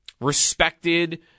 respected